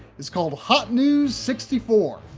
is called hot newz sixty four.